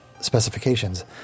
specifications